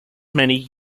many